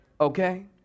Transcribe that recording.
Okay